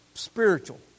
Spiritual